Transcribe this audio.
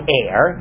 air